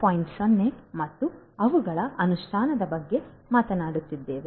0 ಮತ್ತು ಅವುಗಳ ಅನುಷ್ಠಾನದ ಬಗ್ಗೆ ಮಾತನಾಡುತ್ತಿದ್ದೇವೆ